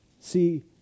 see